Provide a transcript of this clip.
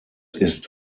ist